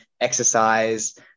exercise